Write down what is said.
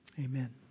Amen